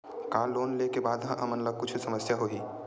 का लोन ले के बाद हमन ला कुछु समस्या होही?